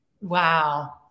Wow